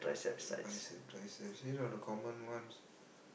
uh biceps triceps you know the common ones